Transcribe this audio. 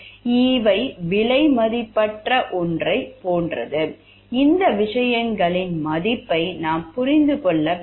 இவை விலைமதிப்பற்ற ஒன்றைப் போன்றது இந்த விஷயங்களின் மதிப்பை நாம் புரிந்து கொள்ள வேண்டும்